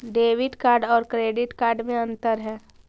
Debit card और credit card में अन्तर है?